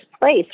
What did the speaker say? place